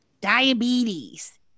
diabetes